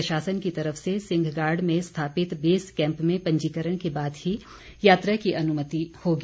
प्रशासन की तरफ से सिंहगाड़ में स्थापित बेस कैंप में पंजीकरण के बाद ही यात्रा की अनुमति होगी